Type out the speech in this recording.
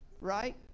right